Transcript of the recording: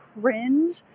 cringe